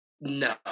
No